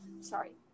Sorry